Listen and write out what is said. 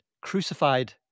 crucified